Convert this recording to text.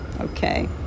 okay